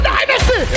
Dynasty